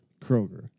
Kroger